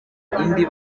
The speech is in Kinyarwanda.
indi